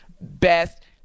best